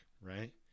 right